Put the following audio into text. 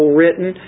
written